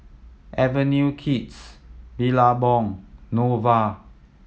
Avenue Kids Billabong Nova